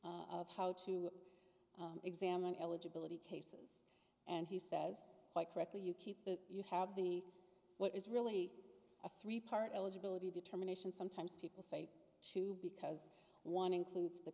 of how to examine eligibility cases and he says quite correctly you keep the you have the what is really a three part eligibility determination sometimes people say two because one includes the